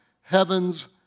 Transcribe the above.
heaven's